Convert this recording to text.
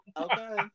Okay